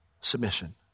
Submission